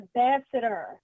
Ambassador